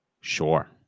Sure